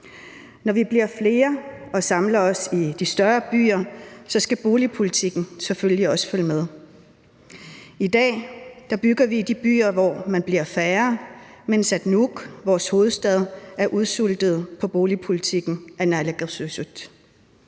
Når vi bliver flere og samler os i de større byer, skal boligpolitikken selvfølgelig også følge med. I dag bygger vi i de byer, hvor man bliver færre indbyggere, mens Nuuk, vores hovedstad, er udsultet på grund af boligpolitikken i naalakkersuisut.